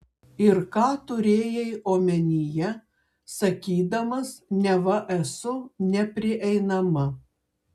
ir ką turėjai omenyje sakydamas neva esu neprieinama